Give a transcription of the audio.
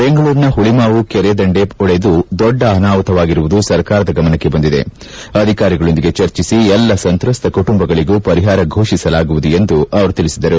ಬೆಂಗಳೂರಿನ ಹುಳಿಮಾವು ಕೆರೆ ದಂಡೆ ಒಡೆದು ದೊಡ್ಡ ಅನಾಹುತವಾಗಿರುವುದು ಸರ್ಕಾರದ ಗಮನಕ್ಕೆ ಬಂದಿದೆ ಅಧಿಕಾರಿಗಳೊಂದಿಗೆ ಚರ್ಚಿಸಿ ಎಲ್ಲಾ ಸಂತ್ರಸ್ತ ಕುಟುಂಬಗಳಗೂ ಪರಿಹಾರ ಫೋಷಿಸಲಾಗುವುದು ಎಂದು ಅವರು ತಿಳಿಸಿದರು